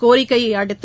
கோரிக்கையைஅடுத்து